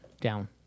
down